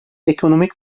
ekonomik